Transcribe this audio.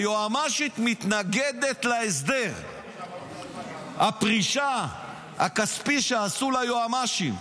היועמ"שית מתנגדת להסדר הפרישה הכספי שעשו ליועמ"שים.